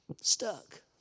Stuck